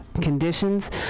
conditions